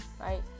right